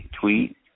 tweet